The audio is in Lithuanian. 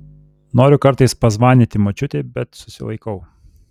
noriu kartais pazvanyti močiutei bet susilaikau